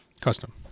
custom